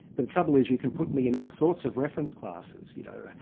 the trouble is you can put me in all sorts of reference classes, you know,